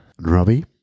robbie